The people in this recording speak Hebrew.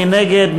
מי נגד?